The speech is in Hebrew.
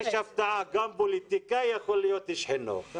הפתעה, גם פוליטיקאי יכול להיות איש חינוך.